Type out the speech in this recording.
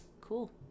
cool